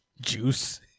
juice